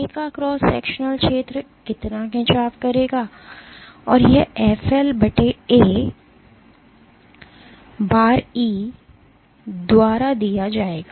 A का cross sectional क्षेत्र कितना खिंचाव करेगा और यह FL A बार इ द्वारा दिया जाएगा